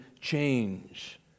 change